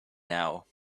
now